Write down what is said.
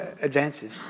advances